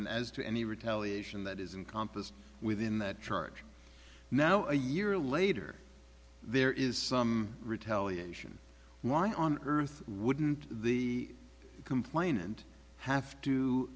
and as to any retaliation that is in compas within that charge now a year later there is some retaliation why on earth wouldn't the complainant have to